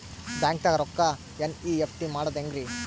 ಬ್ಯಾಂಕ್ದಾಗ ರೊಕ್ಕ ಎನ್.ಇ.ಎಫ್.ಟಿ ಮಾಡದ ಹೆಂಗ್ರಿ?